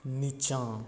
निचाँ